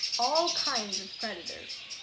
all kinds of predators